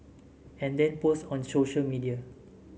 and then post on social media